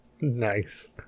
nice